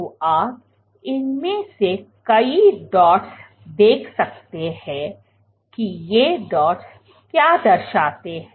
तो आप इनमें से कई डॉट्स देख सकते हैं कि ये डॉट्स क्या दर्शाते हैं